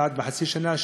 פעם בחצי שנה,